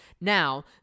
Now